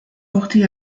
porté